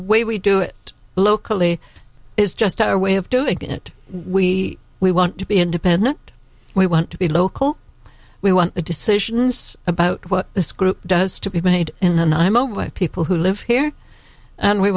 way we do it locally is just our way of doing it we we want to be independent we want to be local we want the decisions about what this group does to be made in and imo way people who live here and we